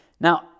Now